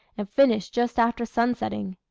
and finished just after sun-setting.